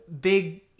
big